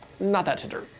not that tinder.